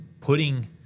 putting